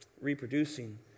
reproducing